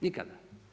Nikada.